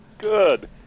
good